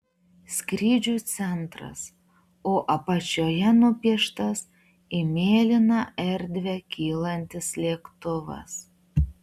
skrydžių centras o apačioje nupieštas į mėlyną erdvę kylantis lėktuvas